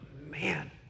man